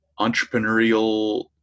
entrepreneurial